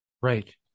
Right